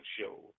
Show